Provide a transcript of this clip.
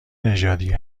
نژادی